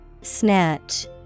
Snatch